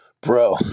Bro